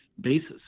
basis